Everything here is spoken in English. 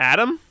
Adam